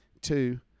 two